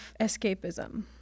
escapism